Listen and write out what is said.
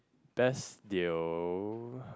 best deal